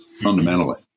fundamentally